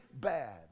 bad